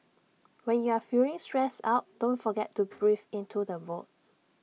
when you are feeling stressed out don't forget to breathe into the void